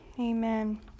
Amen